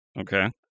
okay